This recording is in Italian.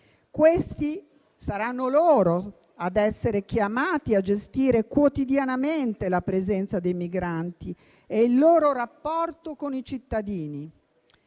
perché saranno loro a essere chiamati a gestire quotidianamente la presenza dei migranti e il loro rapporto con i cittadini.